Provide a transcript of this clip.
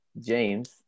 james